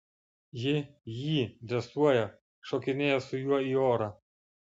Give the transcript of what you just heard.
ji jį dresuoja šokinėja su juo į orą